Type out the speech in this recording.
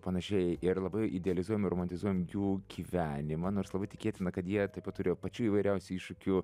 panašiai ir labai idealizuojam ir romantizuojam jų gyvenimą nors labai tikėtina kad jie taip pat turėjo pačių įvairiausių iššūkių